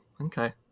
okay